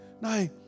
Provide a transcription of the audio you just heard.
No